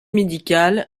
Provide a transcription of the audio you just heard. médicale